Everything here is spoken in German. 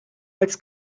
als